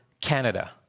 Canada